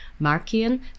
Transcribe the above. Markian